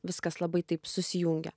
viskas labai taip susijungia